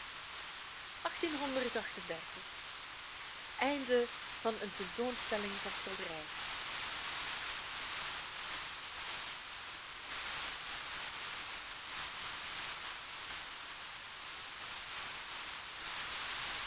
tentoonstelling van schilderijen